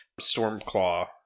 Stormclaw